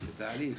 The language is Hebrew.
בתהליך.